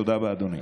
תודה רבה, אדוני.